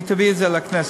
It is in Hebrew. והוא יביא את זה לכנסת.